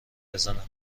بزنم